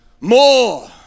more